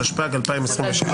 התשפ"ג 2023,